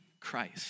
Christ